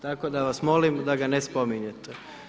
Tako da vas molim da ga ne spominjete.